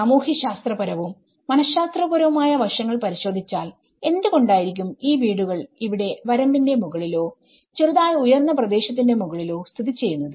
സാമൂഹ്യശാസ്ത്രപരവും മനഃശാസ്ത്രപരവുമായ വശങ്ങൾ പരിശോധിച്ചാൽ എന്തുകൊണ്ടായിരിക്കും ഈ വീടുകൾ ഇവിടെ വരമ്പിന്റെ മുകളിലോ ചെറുതായി ഉയർന്ന പ്രദേശത്തിന്റെ മുകളിലോ സ്ഥിതി ചെയ്യുന്നത്